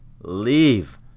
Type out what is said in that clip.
leave